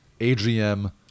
AGM